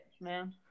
man